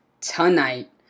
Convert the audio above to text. tonight